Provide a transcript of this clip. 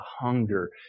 hunger